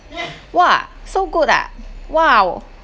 !wah! so good ah !wow!